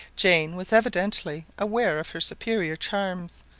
jane was evidently aware of her superior charms,